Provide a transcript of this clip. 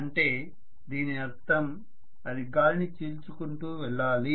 అంటే దీని అర్థం అది గాలిని చీల్చుకుంటూ వెళ్లాలి